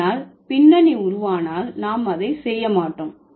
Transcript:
ஆனால் பின்னணி உருவானால் நாம் அதை செய்ய மாட்டோம்